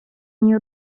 nie